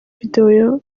video